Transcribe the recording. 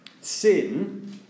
Sin